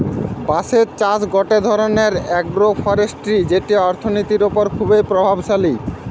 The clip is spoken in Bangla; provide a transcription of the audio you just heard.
বাঁশের চাষ গটে ধরণের আগ্রোফরেষ্ট্রী যেটি অর্থনীতির ওপর খুবই প্রভাবশালী